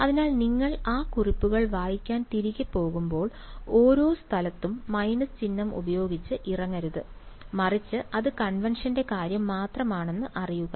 അതിനാൽ നിങ്ങൾ ആ കുറിപ്പുകൾ വായിക്കാൻ തിരികെ പോകുമ്പോൾ ഓരോ സ്ഥലത്തും മൈനസ് ചിഹ്നം ഉപയോഗിച്ച് ഇറങ്ങരുത് മറിച്ച് അത് കൺവെൻഷന്റെ കാര്യം മാത്രമാണെന്ന് അറിയുക